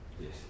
Yes